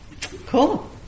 Cool